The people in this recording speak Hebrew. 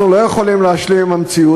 אנחנו לא יכולים להשלים עם המציאות